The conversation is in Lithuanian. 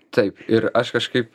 taip ir aš kažkaip